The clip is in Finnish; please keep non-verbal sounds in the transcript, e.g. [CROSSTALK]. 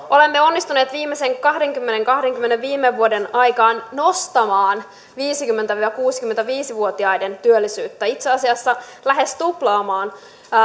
[UNINTELLIGIBLE] olemme onnistuneet kahdenkymmenen kahdenkymmenen viime vuoden aikaan nostamaan viisikymmentä viiva kuusikymmentäviisi vuotiaiden työllisyyttä itse asiassa lähes tuplaamaan